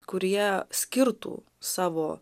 kurie skirtų savo